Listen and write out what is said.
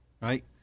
Right